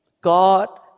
God